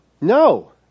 No